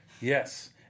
Yes